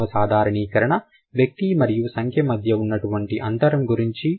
ఐదవ సాధారణీకరణ వ్యక్తి మరియు సంఖ్య మధ్య ఉన్నటువంటి అంతరం గురించి